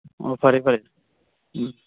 ꯑꯣ ꯐꯔꯦ ꯐꯔꯦ